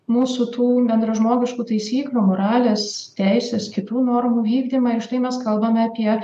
mūsų tų bendražmogiškų taisyklių moralės teisės kitų normų vykdymą ir štai mes kalbame apie